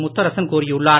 முத்தரசன் கூறியுள்ளார்